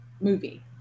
movie